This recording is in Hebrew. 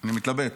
אני מתלבט